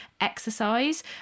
exercise